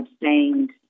abstained